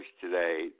today